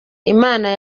imana